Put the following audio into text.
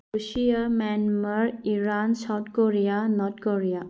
Russia Myanmar Iran South Korea North Korea